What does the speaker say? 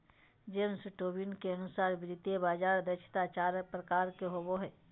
James Tobin के अनुसार वित्तीय बाजार दक्षता चार प्रकार के होवो हय